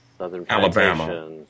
Alabama